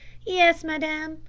yes, madame.